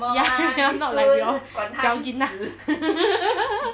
ya ya not like we all siao gina